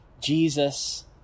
Jesus